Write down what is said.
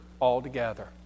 altogether